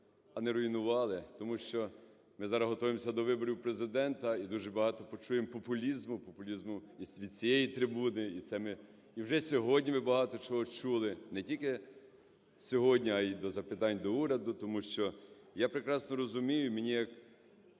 а не руйнували. Тому що ми зараз готуємося до виборів Президента і дуже багато почуємо популізму, популізму від цієї трибуни. І вже сьогодні ми багато чого чули, не тільки сьогодні, а й до запитань до уряду. Тому що я прекрасно розумію, мені як